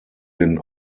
den